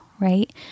right